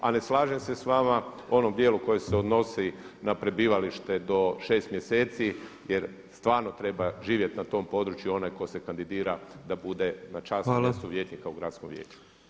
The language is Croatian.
A ne slažem se s vama u onom djelu koji se odnosi na prebivalište do 6 mjeseci jer stvarno treba živjeti na tom području onaj ko se kandidira da bude na čast … vijećnika u gradskom vijeću.